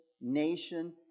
nation